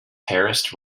terraced